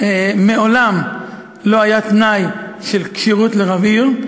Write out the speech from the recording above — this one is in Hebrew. מעולם לא היה תנאי של כשירות לרב עיר,